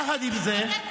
יחד עם זה,